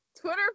Twitter